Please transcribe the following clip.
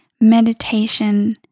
meditation